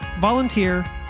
volunteer